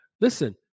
Listen